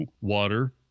water